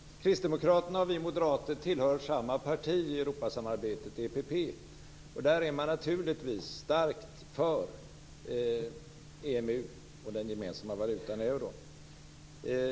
Fru talman! Kristdemokraterna och vi moderater tillhör samma parti i Europasamarbetet, EPP. Där är man naturligtvis starkt för EMU och den gemensamma valutan euron.